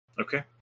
Okay